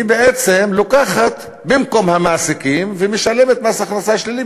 היא בעצם לוקחת ובמקום המעסיקים משלמת מס הכנסה שלילי,